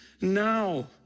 now